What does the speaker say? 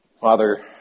Father